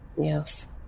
Yes